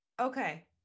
Okay